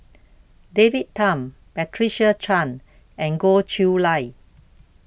David Tham Patricia Chan and Goh Chiew Lye